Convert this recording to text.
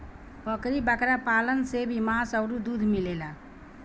बकरी बकरा पालन से भी मांस अउरी दूध मिलेला